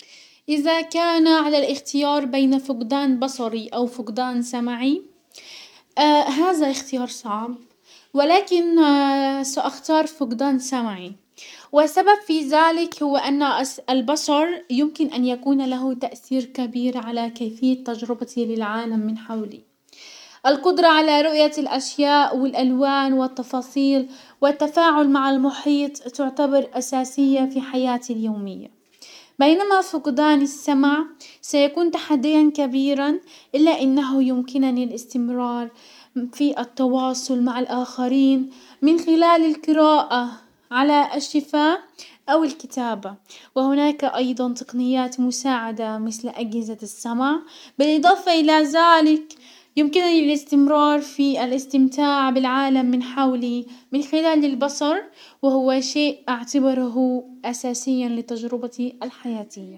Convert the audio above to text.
اذا كان على الاختيار بين فقدان بصري او فقدان سمعي هزا اختيار صعب، ولكن ساختار فقدان سمعي وسبب في زلك هو ان البصر يمكن ان يكون له تأسير كبير على كيفية تجربتي للعالم من حولي. القدرة على رؤية الاشياء والالوان والتفاصيل والتفاعل مع المحيط تعتبر اساسية في حياتي اليومية، بينما فقدان السمع سيكون تحديا كبيرا الا انه يمكنني الاستمرار في التواصل مع الاخرين من خلال القراءة على الشفاء او الكتابة وهناك ايضا تقنيات مساعدة مسل اجهزة السمع، بالاضافة الى ذلك يمكنني الاستمرار في الاستمتاع بالعالم من من خلال البصر وهو شيء اعتبره اساسيا لتجربتي الحياتية.